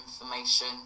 information